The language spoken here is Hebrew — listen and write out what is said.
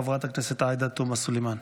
חברת הכנסת עאידה תומא סלימאן.